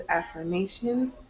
affirmations